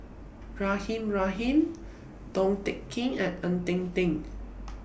Rahimah Rahim Tong Teck Kin and Ng Eng Teng